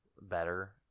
better